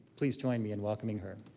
please join me in welcoming her.